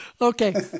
Okay